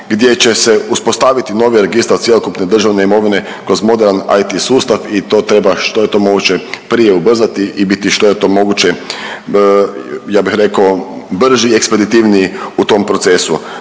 gdje će se uspostaviti novi registar cjelokupne državne imovine kroz moderan IT sustav i to treba što je to moguće prije ubrzati i biti što je to moguće ja bih rekao brži i ekspeditivniji u tom procesu.